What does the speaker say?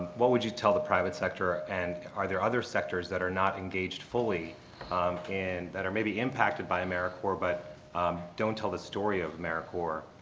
what would you tell the private sector, and are there other sectors that are not engaged fully um and that are maybe impacted by americorps but um don't tell the story of americorps?